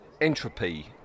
entropy